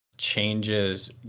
Changes